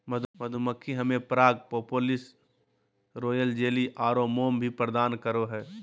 मधुमक्खियां हमें पराग, प्रोपोलिस, रॉयल जेली आरो मोम भी प्रदान करो हइ